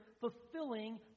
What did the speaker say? fulfilling